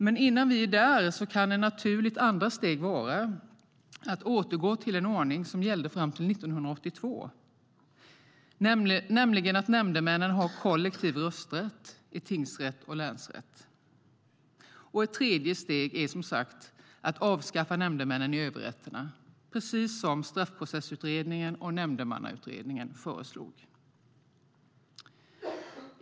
Men innan vi är där kan ett naturligt andra steg vara att återgå till den ordning som gällde fram till 1982, nämligen att nämndemännen har kollektiv rösträtt i tingsrätt och länsrätt. Ett tredje steg är att avskaffa nämndemännen i överrätterna, precis som Straffprocessutredningen och Nämndemannautredningen föreslog.